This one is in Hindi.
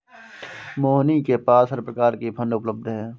मोहिनी के पास हर प्रकार की फ़ंड उपलब्ध है